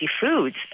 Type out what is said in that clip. foods